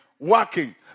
Working